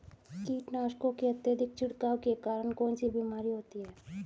कीटनाशकों के अत्यधिक छिड़काव के कारण कौन सी बीमारी होती है?